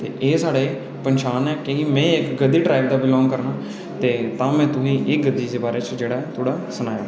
एह् साढ़ी पन्छान ऐ कि में इक गद्दी ट्राईब कन्नै बिलांग करना ते तां में तुगी एह् गद्दी दे बारे च जेह्ड़ा थ्होड़ा सनाया